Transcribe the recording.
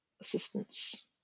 assistance